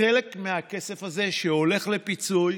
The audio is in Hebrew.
חלק מהכסף הזה, שהולך לפיצוי